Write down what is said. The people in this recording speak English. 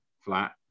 flat